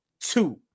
two